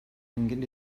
angen